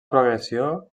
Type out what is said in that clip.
progressió